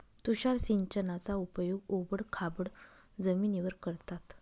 तुषार सिंचनाचा उपयोग ओबड खाबड जमिनीवर करतात